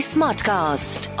Smartcast